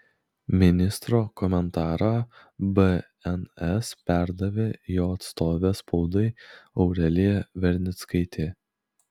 ministro komentarą bns perdavė jo atstovė spaudai aurelija vernickaitė